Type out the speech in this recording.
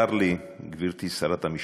צר לי, גברתי שרת המשפטים,